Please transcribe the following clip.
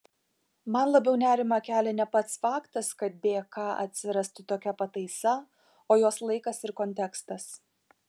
man labiau nerimą kelia ne pats faktas kad bk atsirastų tokia pataisa o jos laikas ir kontekstas